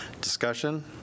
Discussion